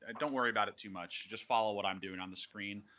ah don't worry about it too much. just follow what i'm doing on the screen.